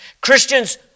Christians